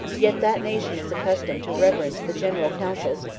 yet that nation is accustomed to reverence the general councils,